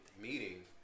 meeting